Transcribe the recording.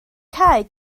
cau